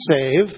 save